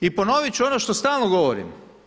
I ponovit ću ono što stalno govorim.